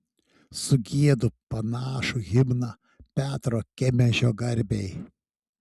sugiedu panašų himną petro kemežio garbei